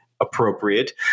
appropriate